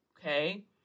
okay